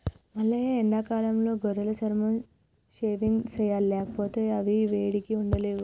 మల్లయ్య ఎండాకాలంలో గొర్రెల చర్మం షేవింగ్ సెయ్యాలి లేకపోతే అవి వేడికి ఉండలేవు